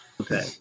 Okay